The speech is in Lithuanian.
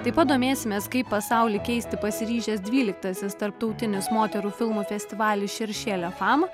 taip pat domėsimės kaip pasaulį keisti pasiryžęs dvyliktasis tarptautinis moterų filmų festivalis šeršė lia fam